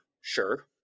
sure